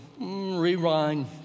rewind